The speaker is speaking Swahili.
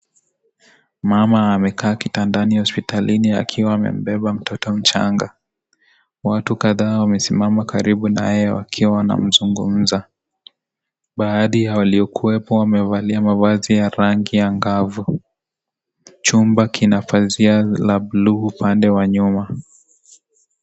Mama amekaa kitandani hospitalini akiwa amembeba mtoto mchanga. Watu kadhaa wamesimama karibu naye wakiwa wanamzungumza. Baadhi ya walikuwepo wamevalia mavazi ya rangi ya ngavu. Chumba kina pazia la buluu upande wa nyuma.